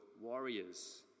warriors